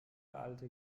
alte